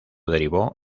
derivó